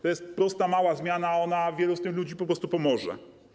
To jest prosta, mała zmiana, a ona wielu z tych ludzi po prostu pomoże.